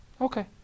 Okay